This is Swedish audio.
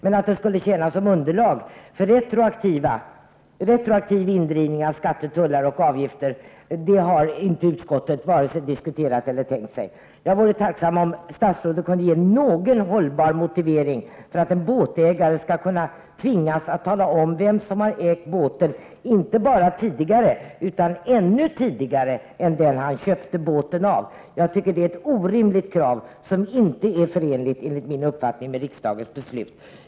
Men att registret skulle tjäna som underlag för retroaktiv indrivning av skatter, tullar och avgifter, det har inte utskottet vare sig diskuterat eller tänkt sig. Jag vore tacksam om statsrådet kunde ge åtminstone någon hållbar motivering för att en båtägare skall kunna tvingas att tala om vem som har ägt båten inte bara tidigare utan ännu tidigare, före den ägare som båten har köpts av. Jag tycker att det är ett orimligt krav — det är enligt min mening inte förenligt med riksdagens beslut.